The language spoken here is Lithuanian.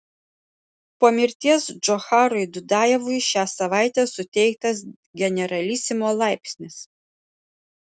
po mirties džocharui dudajevui šią savaitę suteiktas generalisimo laipsnis